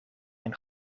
een